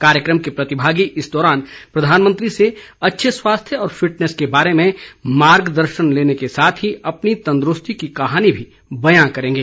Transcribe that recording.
कार्यक्रम के प्रतिभागी इस दौरान प्रधानमंत्री से अच्छे स्वास्थ्य और फिटनेस के बारे में मार्गदर्शन लेने के साथ ही अपनी तंदुरुस्ती की कहानी भी बयां करेंगे